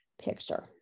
picture